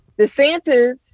DeSantis